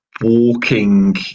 walking